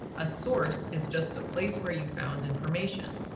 a source is just the place where you found information.